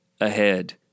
ahead